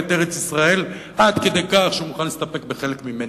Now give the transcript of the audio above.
את ארץ-ישראל עד כדי כך שהוא מוכן להסתפק בחלק ממנה,